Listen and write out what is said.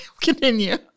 continue